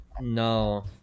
No